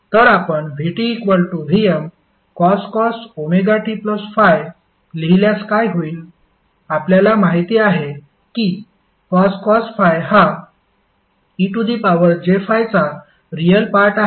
तर आपण vtVmcos ωt∅ लिहिल्यास काय होईल आपल्याला माहिती आहे की cos ∅ हा ej∅ चा रियाल पार्ट आहे